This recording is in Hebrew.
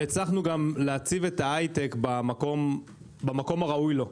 הצלחנו גם להציב את ההייטק במקום הראוי לו,